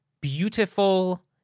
beautiful